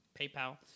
PayPal